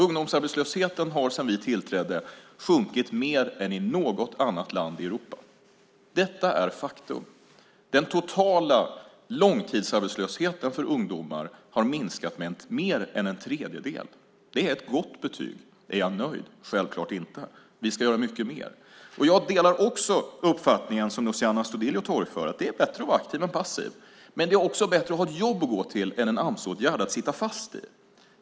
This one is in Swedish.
Ungdomsarbetslösheten har sedan vi tillträdde sjunkit mer än i något annat land i Europa. Detta är faktum. Den totala långtidsarbetslösheten bland ungdomar har minskat med mer än en tredjedel. Det är ett gott betyg. Är jag nöjd? Självklart är jag inte det. Vi ska göra mycket mer. Jag delar också uppfattningen som Luciano Astudillo torgför att det är bättre att vara aktiv än passiv. Men det är också bättre att ha ett jobb att gå till än en Amsåtgärd att sitta fast i.